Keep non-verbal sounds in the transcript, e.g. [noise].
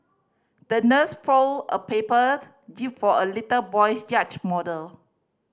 the nurse folded a paper [unintelligible] jib for a little boy's yacht model